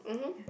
mmhmm